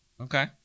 Okay